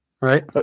right